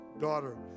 daughter